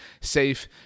safe